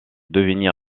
devenir